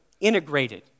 integrated